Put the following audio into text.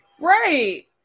Right